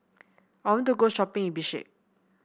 I want to go shopping in Bishkek